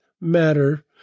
matter